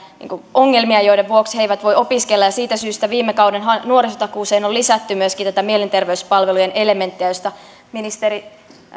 ongelmia joiden vuoksi he eivät voi opiskella siitä syystä viime kauden nuorisotakuuseen on lisätty myöskin mielenterveyspalvelujen elementtejä joista ministeri